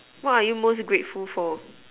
what are you most grateful for